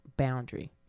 boundary